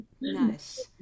nice